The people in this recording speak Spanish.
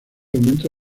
aumento